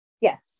yes